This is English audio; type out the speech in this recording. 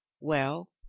well,